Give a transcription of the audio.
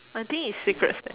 I think is secrets leh